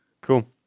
Cool